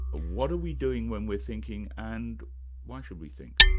what are we doing when we're thinking, and why should we think?